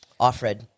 Offred